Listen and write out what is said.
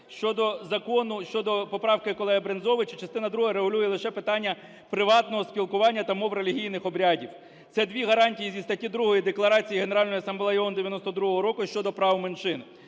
Щодо закону, щодо поправки колеги Брензовича, частина друга регулює лише питання приватного спілкування та мов релігійних обрядів. Це дві гарантії зі статті 2 Декларації Генеральної асамблеї ООН 92-го року щодо прав меншин.